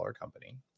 company